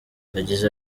yagize